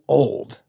old